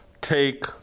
take